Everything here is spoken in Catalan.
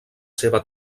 seva